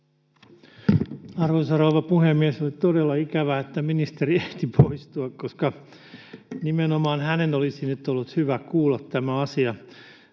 Arvoisa rouva puhemies! Oli todella ikävää, että ministeri ehti poistua, koska nimenomaan hänen olisi nyt ollut hyvä kuulla tämä asia.